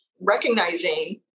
recognizing